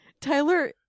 Tyler